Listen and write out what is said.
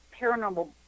paranormal